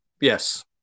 Yes